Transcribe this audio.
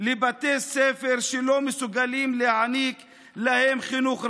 לבתי ספר שלא מסוגלים להעניק להם חינוך ראוי,